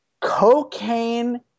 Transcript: cocaine